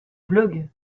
blog